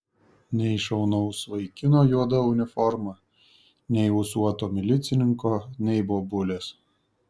nei šaunaus vaikino juoda uniforma nei ūsuoto milicininko nei bobulės